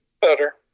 Better